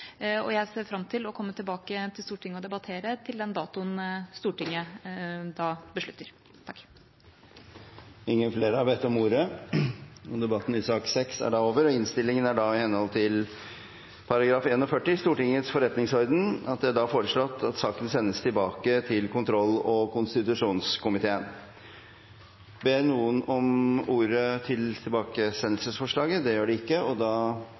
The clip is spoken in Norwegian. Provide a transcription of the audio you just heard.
og jeg ser fram til å komme tilbake til Stortinget og debattere på den datoen Stortinget beslutter. Flere har ikke bedt om ordet til sak nr. 6. Presidenten vil foreslå at innstillingen, i henhold til § 41 i Stortingets forretningsorden, sendes tilbake til kontroll- og konstitusjonskomiteen. Ber noen om ordet til dette forslaget? Det er det ikke, og forslaget er enstemmig vedtatt. Vi går da